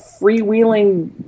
freewheeling